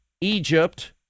Egypt